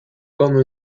comme